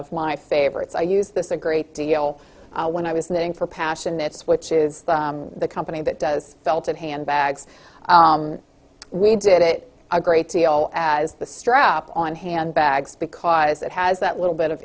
of my favorites i use this a great deal when i was singing for passion this which is the company that does felted handbags we did it a great deal as the strap on handbags because it has that little bit of